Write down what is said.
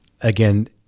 again